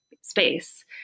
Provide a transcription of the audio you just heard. space